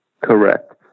Correct